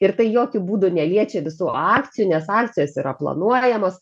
ir tai jokiu būdu neliečia visų akcijų nes sankcijos yra planuojamos